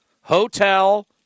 Hotel